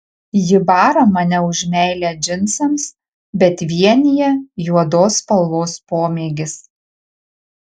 ji bara mane už meilę džinsams bet vienija juodos spalvos pomėgis